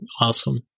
awesome